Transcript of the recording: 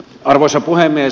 arvoisa puhemies